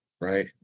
right